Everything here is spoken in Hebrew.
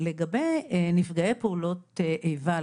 לגבי נפגעי פעולות איבה,